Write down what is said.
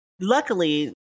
luckily